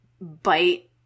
bite